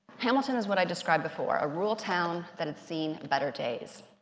hamilton is what i described before, a rural town that had seen better days.